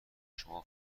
شما